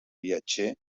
viatger